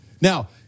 Now